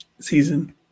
season